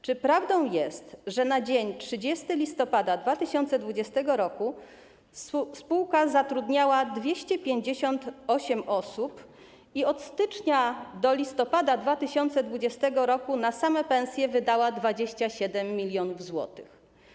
Czy prawdą jest, że na dzień 30 listopada 2020 r. spółka zatrudniała 258 osób i od stycznia do listopada 2020 r. na same pensje wydała 27 mln zł?